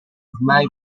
ormai